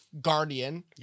guardian